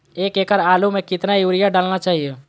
एक एकड़ आलु में कितना युरिया डालना चाहिए?